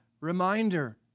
reminder